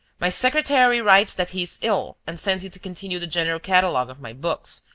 my secretary writes that he is ill and sends you to continue the general catalogue of my books,